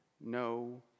no